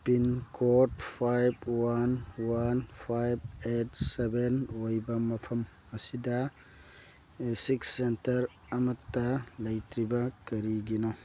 pincode five one one five eight seven ꯑꯣꯏꯕ ꯃꯐꯝ ꯑꯁꯤꯗ ꯏꯁꯤꯛ ꯁꯦꯟꯇꯔ ꯑꯃꯇ ꯂꯩꯇ꯭ꯔꯤꯕ ꯀꯔꯤꯒꯤꯅꯣ